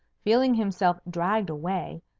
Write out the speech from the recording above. feeling himself dragged away,